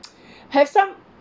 have some